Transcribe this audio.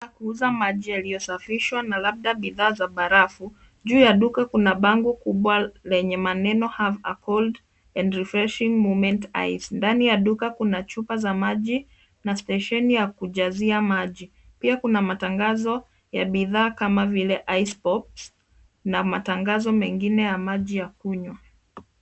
...kuuaza maji yaliyosafishwa na labda bidhaa za barafu. Juu ya duka kuna bango kubwa lenye maneno Have a Cold & Refreshing Moment Ice . Ndani ya duka, kuna chupa za maji na stesheni ya kujazia maji, pia kuna matangazo ya bidhaa kama vile ice-pops na matangazo mengine ya maji ya kunywa.